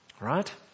Right